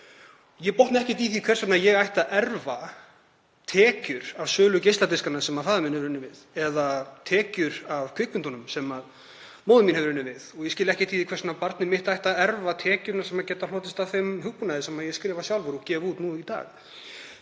Ég botna ekkert í því hvers vegna ég ætti að erfa tekjur af sölu geisladiskanna sem faðir minn hefur unnið við eða tekjur af kvikmyndunum sem móðir mín hefur unnið við og ég skil ekkert í því hvers vegna barnið mitt ætti að erfa tekjurnar sem geta hlotist af þeim hugbúnaði sem ég skrifa sjálfur og gef út í dag.